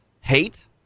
hate